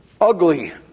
ugly